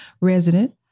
resident